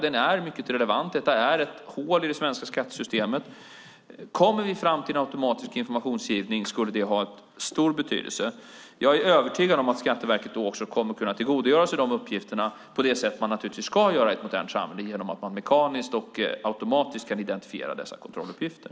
Den är mycket relevant. Detta är ett hål i det svenska skattesystemet. Kommer vi fram till en automatisk informationsgivning skulle det ha stor betydelse. Jag är övertygad om att Skatteverket då också kommer att kunna tillgodogöra sig de uppgifterna på det sätt man naturligtvis ska göra i ett modernt samhälle genom att man mekaniskt och automatiskt kan identifiera dessa kontrolluppgifter.